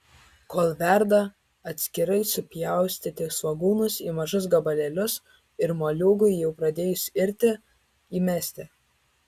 kol verda atskirai supjaustyti svogūnus į mažus gabalėlius ir moliūgui jau pradėjus irti įmesti